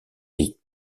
est